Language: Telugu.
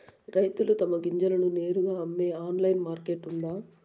రైతులు తమ గింజలను నేరుగా అమ్మే ఆన్లైన్ మార్కెట్ ఉందా?